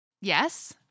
Yes